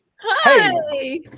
Hi